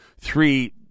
three